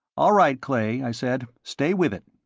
all right, clay, i said. stay with it.